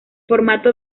formato